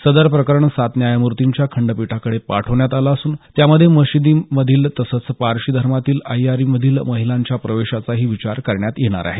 सदर प्रकरण सात न्यायमूर्तींच्या खंडपीठाकडे पाठवण्यात आलं असून त्यामध्ये मशीदमधील तसंच पारशी धर्मातील अग्यारीमधील महिलांच्या प्रवेशाचाही विचार करण्यात येणार आहे